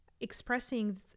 expressing